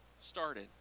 started